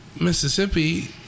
Mississippi